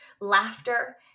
laughter